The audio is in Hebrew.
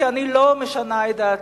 כי אני לא משנה את דעתי.